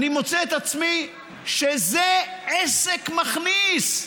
אני מוצא שזה עסק מכניס.